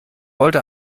wollte